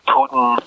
Putin